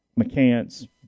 McCants